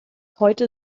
heute